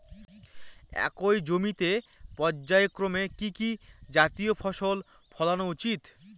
একই জমিতে পর্যায়ক্রমে কি কি জাতীয় ফসল ফলানো উচিৎ?